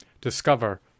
discover